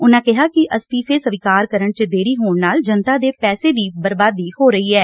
ਉਨਾਂ ਕਿਹਾ ਕਿ ਅਸਤੀਫ਼ੇ ਸਵੀਕਾਰ ਕਰਨ ਚ ਦੇਰੀ ਹੋਣ ਨਾਲ ਜਨਤਾ ਦੇ ਪੈਸੇ ਦੀ ਬਰਬਾਦੀ ਹੋ ਰਹੀ ਐ